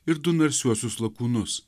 ir du narsiuosius lakūnus